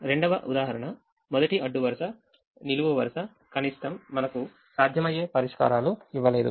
రెండవ ఉదాహరణ మొదటి అడ్డు వరుస నిలువు వరుస కనిష్టంమనకు సాధ్యమయ్యే పరిష్కారాలు ఇవ్వలేదు